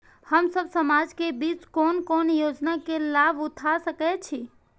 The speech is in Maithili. हम सब समाज के बीच कोन कोन योजना के लाभ उठा सके छी?